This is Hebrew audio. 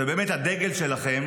ובאמת הדגל שלכם,